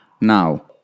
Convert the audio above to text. Now